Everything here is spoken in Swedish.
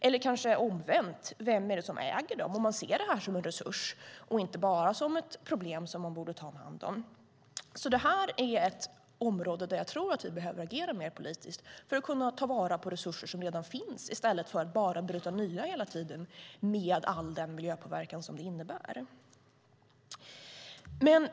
Eller kanske omvänt - om man ser detta som en resurs och inte bara som ett problem som man borde ta hand om: Vem är det som äger dem? Det är ett område där jag tror att vi behöver agera mer politiskt för att kunna ta vara på resurser som redan finns, i stället för att bara bryta nya hela tiden, med all den miljöpåverkan som det innebär.